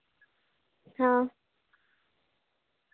ᱦᱮᱸ